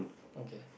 okay